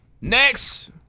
Next